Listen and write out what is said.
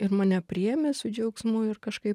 ir mane priėmė su džiaugsmu ir kažkaip